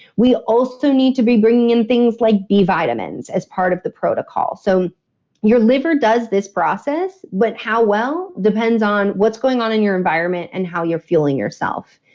we also need to be bringing in things like b vitamins as part of the protocol so your liver does this process, but how well depends on what's going on in your environment and how you're feeling yourself.